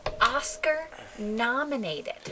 Oscar-nominated